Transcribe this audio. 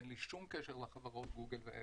אין לי שום קשר לחברות גוגל ואפל.